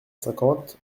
cinquante